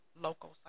local